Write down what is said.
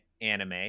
anime